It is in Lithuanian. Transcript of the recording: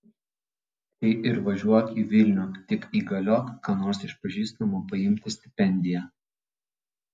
tai ir važiuok į vilnių tik įgaliok ką nors iš pažįstamų paimti stipendiją